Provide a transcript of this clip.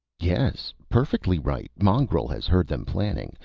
yes, perfectly right. mongrel has heard them planning.